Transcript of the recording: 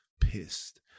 pissed